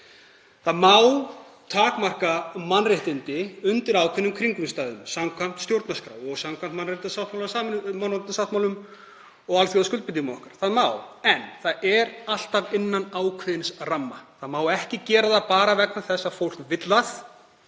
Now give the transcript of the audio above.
Það má takmarka mannréttindi undir ákveðnum kringumstæðum samkvæmt stjórnarskrá og samkvæmt mannréttindasáttmálum og alþjóðaskuldbindingum. Það má en það er alltaf innan ákveðins ramma. Það má ekki gera það bara vegna þess að fólk vill það.